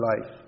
life